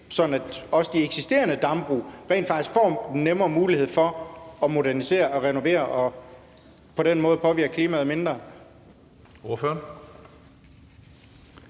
også de eksisterende dambrug rent faktisk får bedre muligheder for at blive moderniseret og renoveret og på den måde påvirke klimaet mindre?